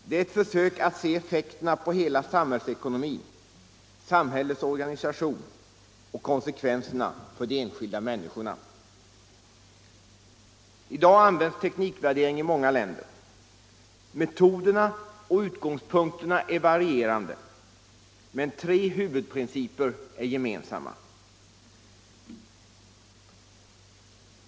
Det är ett försök att se effekterna på hela samhällsekonomin, samhällets organisation och konsekvenserna för de enskilda människorna. I dag används teknikvärdering i många länder. Metoderna och utgångspunkterna är varierande, men tre huvudprinciper är gemensamma.